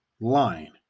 line